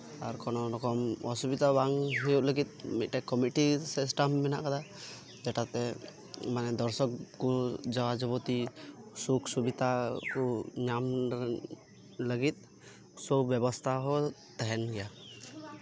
ᱟᱨ ᱠᱳᱱᱳᱨᱚᱠᱚᱢ ᱚᱥᱩᱵᱤᱫᱷᱟ ᱵᱟᱝ ᱦᱩᱭᱩᱜ ᱞᱟᱹᱜᱤᱫ ᱢᱤᱫᱴᱟᱝ ᱠᱚᱢᱤᱴᱤ ᱥᱤᱥᱴᱮᱢ ᱢᱮᱱᱟᱜ ᱠᱟᱫᱟ ᱡᱮᱴᱟᱛᱮ ᱫᱚᱨᱥᱚᱠ ᱠᱚ ᱡᱟ ᱡᱟᱵᱚᱛᱤ ᱥᱩᱠ ᱥᱤᱵᱤᱫᱷᱟ ᱠᱚ ᱧᱟᱢ ᱧᱟᱢ ᱞᱟᱹᱜᱤᱫ ᱥᱩ ᱵᱮᱵᱚᱥᱛᱷᱟ ᱦᱚᱸ ᱛᱟᱦᱮᱱ ᱜᱮᱭᱟ